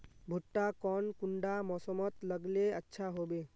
भुट्टा कौन कुंडा मोसमोत लगले अच्छा होबे?